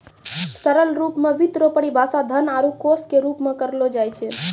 सरल रूप मे वित्त रो परिभाषा धन आरू कोश के रूप मे करलो जाय छै